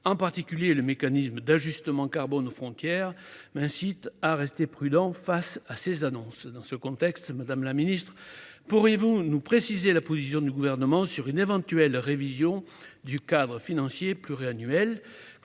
en particulier le mécanisme d'ajustement carbone aux frontières, m'incitent à rester prudent face à ces annonces. Dans ce contexte, madame la secrétaire d'État, pourriez-vous nous préciser la position du Gouvernement sur une éventuelle révision du cadre financier pluriannuel ?